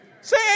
Say